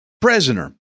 prisoner